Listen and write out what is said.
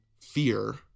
fear